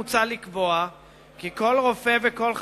מוצע לקבוע כי מי שכיהן כרופא או כרופא